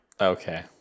Okay